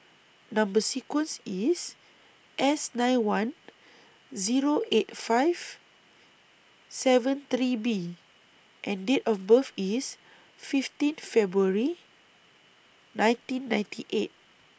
Number sequence IS S nine one Zero eight five seven three B and Date of birth IS fifteen February nineteen ninety eight